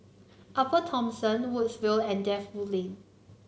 Upper Thomson Woodsville and Defu Lane